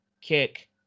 kick